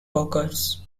workers